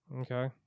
Okay